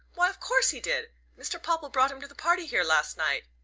why, of course he did mr. popple brought him to the party here last night.